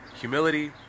humility